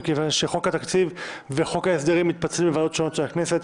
מכיוון שחוק התקציב והחוק ההסדרים מתפצלים לוועדות השונות של הכנסת,